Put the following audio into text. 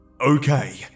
Okay